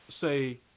say